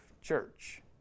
church